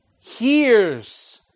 hears